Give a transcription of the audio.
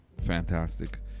fantastic